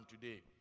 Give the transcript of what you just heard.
today